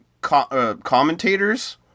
commentators